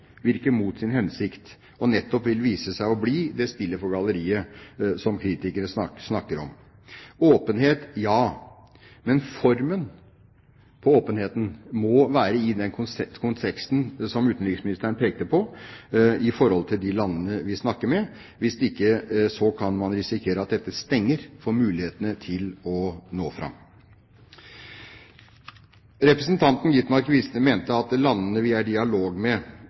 virker mot sin hensikt og nettopp vil vise seg å bli det spillet for galleriet som kritikerne snakker om. Åpenhet, ja – men formen på åpenheten må være i den konteksten som utenriksministeren pekte på, i forhold til de landene vi snakker med. Hvis ikke kan man risikere at dette stenger for mulighetene til å nå fram. Representanten Gitmark mente at landene vi er i dialog med,